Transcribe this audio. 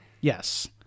Yes